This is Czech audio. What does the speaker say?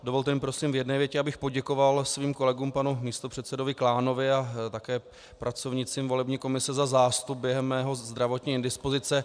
Dovolte mi prosím v jedné větě, abych poděkoval svým kolegům, panu místopředsedovi Klánovi a také pracovnicím volební komise, za zástup během mé zdravotní indispozice.